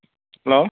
hello